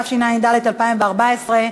התשע"ד 2014,